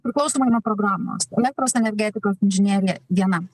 priklausomai nuo programos elektros energetikos inžinerija viena